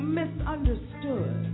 misunderstood